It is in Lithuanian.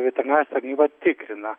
veterinarijos tarnyba tikrina